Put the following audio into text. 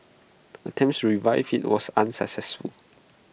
attempts to revive IT was unsuccessful